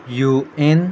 U N